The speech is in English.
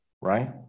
right